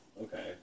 okay